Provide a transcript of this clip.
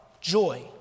joy